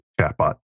chatbot